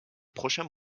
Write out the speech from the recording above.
prochains